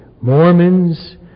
Mormons